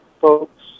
folks